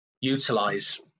utilize